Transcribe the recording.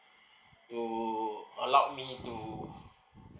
to allow me to